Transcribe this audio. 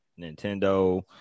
nintendo